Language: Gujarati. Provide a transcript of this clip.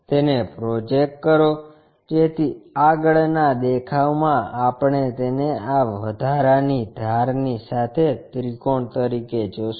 તેને પ્રોજેકટ કરો જેથી આગળના દેખાવમાં આપણે તેને આ વધારાની ધારની સાથે ત્રિકોણ તરીકે જોશું